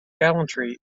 gallantry